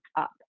up